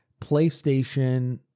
PlayStation